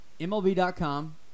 MLB.com